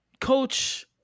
Coach